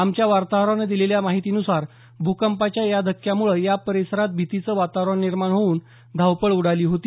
आमच्या वार्ताहरानं दिलेल्या माहितीन्सार भ्रकंपाच्या या धक्क्यांमुळं या परिसरात भितीचं वातावरण निर्माण होवून धावपळ उडाली होती